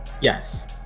yes